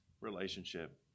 relationship